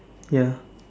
ya